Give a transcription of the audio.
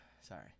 Sorry